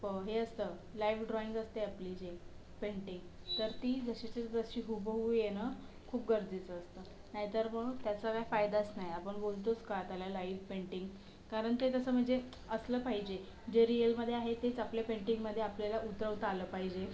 हे असतं live drawing असते आपली जी पेंटिंग तर ती जशीची तशी हुबहू येणं खूप गरजेचं असतं नाही र मग त्याचा काय फायदाच नाही आपण बोलतोच का त्याला लाईव्ह पेंटिंग कारण ते तसं म्हणजे असलं पाहिजे जे रिअलमध्ये आहे तेच आपल्या पेंटिंगमध्ये आपल्याला उतरवता आलं पाहिजे